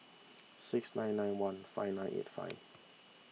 six nine nine one five nine eight five